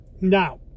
Now